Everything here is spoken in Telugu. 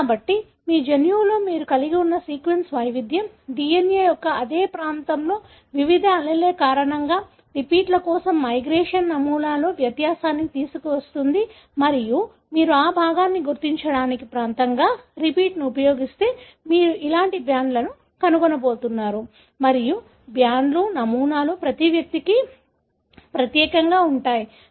కాబట్టి మీ జన్యువులో మీరు కలిగి ఉన్న సీక్వెన్స్ వైవిధ్యం DNA యొక్క అదే ప్రాంతంలోని వివిధ allele కారణంగా రిపీట్ల కోసం మైగ్రేషన్ నమూనాలో వ్యత్యాసాన్ని తీసుకువస్తుంది మరియు మీరు ఆ భాగాన్ని గుర్తించడానికి ప్రాంతంగా రిపీట్ను ఉపయోగిస్తే మీరు ఇలాంటి బ్యాండ్లను కనుగొనబోతున్నారు మరియు బ్యాండ్లు నమూనాలు ప్రతి వ్యక్తికి ప్రత్యేకంగా ఉంటాయి